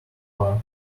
bar